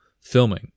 filming